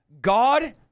God